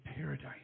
paradise